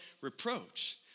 reproach